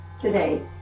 today